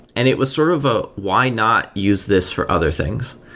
and it was sort of a why not use this for other things?